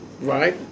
right